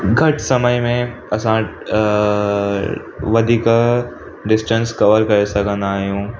घटि समय में असां अ वधीक डिस्टेंस कवर करे सघंदा आहियूं